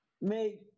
make